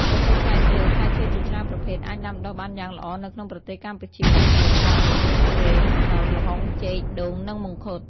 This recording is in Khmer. ប្រភេទផ្លែឈើ ផ្លែឈើជាច្រើនប្រភេទអាចដាំដុះបានយ៉ាងល្អនៅក្នុងប្រទេសកម្ពុជាដូចជា ស្វាយ មៀន ធូរ៉េន ខ្នុរ ល្ហុង ចេក ដូង និងមង្ឃុត។